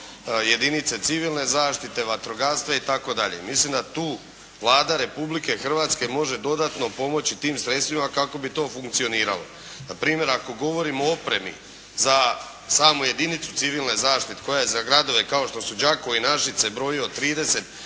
jedinice civilne zaštite, vatrogastva itd. Mislim da tu Vlada Republike Hrvatske može dodatno pomoći tim sredstvima kako bi to funkcioniralo. Na primjer ako govorimo o opremi za samu jedinicu civilne zaštite koja je za gradove kao što su Đakovo i Našice broji od 30